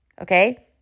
Okay